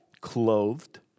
clothed